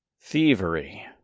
Thievery